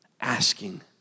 asking